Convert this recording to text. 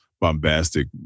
bombastic